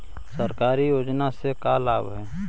सरकारी योजना से का लाभ है?